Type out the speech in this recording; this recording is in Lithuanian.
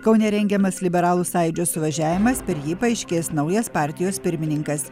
kaune rengiamas liberalų sąjūdžio suvažiavimas per jį paaiškės naujas partijos pirmininkas